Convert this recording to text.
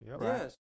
Yes